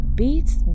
beats